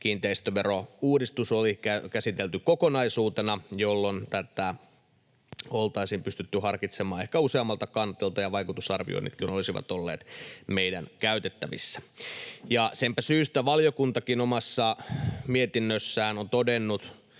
kiinteistöverouudistus olisi käsitelty kokonaisuutena, jolloin tätä oltaisiin pystytty harkitsemaan ehkä useammalta kantilta ja vaikutusarvioinnitkin olisivat olleet meidän käytettävissämme. Siitäpä syystä valiokuntakin omassa mietinnössään on todennut,